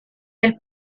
del